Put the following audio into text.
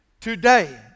today